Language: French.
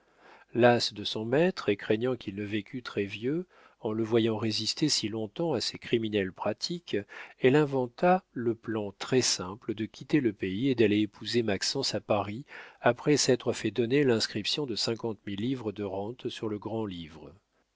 lasse de son maître et craignant qu'il ne vécût très vieux en le voyant résister si longtemps à ses criminelles pratiques elle inventa le plan très-simple de quitter le pays et d'aller épouser maxence à paris après s'être fait donner l'inscription de cinquante mille livres de rente sur le grand-livre le